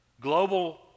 global